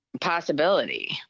possibility